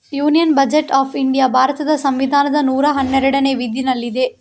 union budget of India ಭಾರತದ ಸಂವಿಧಾನದ ನೂರಾ ಹನ್ನೆರಡನೇ ವಿಧಿನಲ್ಲಿದೆ